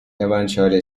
eventually